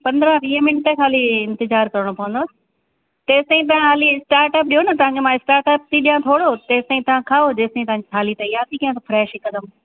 पंद्रहं वीह मिन्ट ख़ाली इंतिजार करिणो पवंदव तेसिताईं तव्हां हाली स्टाटर ॾियो न तव्हांखे मां स्टाटर थी ॾियां थोरो तेसिताईं तां खाओ जेसिताईं तव्हांजी थाली तयार थी कयां फ़्रैश हिकदमि